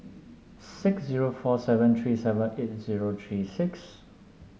six zero four seven three seven eight zero three six